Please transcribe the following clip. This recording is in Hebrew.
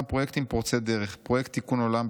פרויקטים פורצי דרך: פרויקט תיקון עולם,